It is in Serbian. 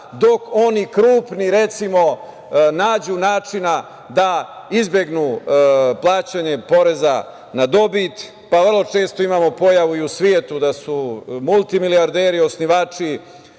dok oni krupni, recimo, nađu načina da izbegnu plaćanje poreza na dobit. Često imamo pojavu i u svetu da su multimilijarderi osnivači